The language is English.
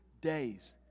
days